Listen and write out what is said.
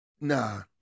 Nah